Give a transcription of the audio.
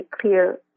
clear